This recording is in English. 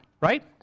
right